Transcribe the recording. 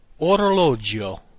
orologio